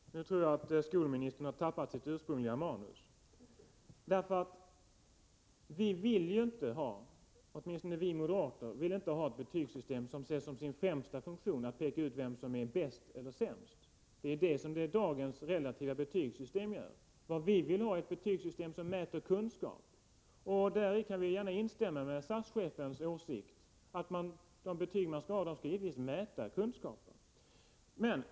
Herr talman! Nu tror jag att skolministern har tappat sitt ursprungliga manus. Åtminstone vi moderater vill inte ha ett betygssystem som ser som sin främsta funktion att peka ut vem som är bäst eller sämst. Det är det som dagens relativa betygssystem gör. Vad vi vill ha är ett betygssystem som mäter kunskaper. Därvidlag kan vi gärna instämma i SAS-chefens åsikt, att betygen givetvis skall mäta kunskaper.